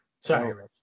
Sorry